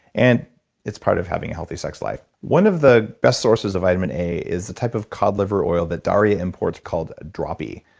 and it's part of having a healthy sex life. one of the best sources of vitamin a is a type of cod liver oil that daria imports called dropi.